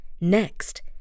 Next